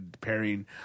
Pairing